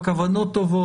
הכוונות טובות,